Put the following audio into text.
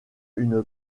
une